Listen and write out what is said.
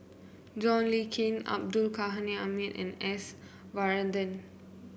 John Le Cain Abdul Ghani Hamid and S Varathan